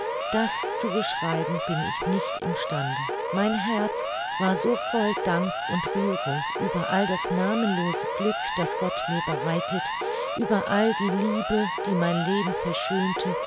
das zu beschreiben bin ich nicht im stande mein herz war so voll dank und rührung über all das namenlose glück das gott mir bereitet über all die liebe die mein leben verschönte